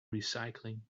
recycling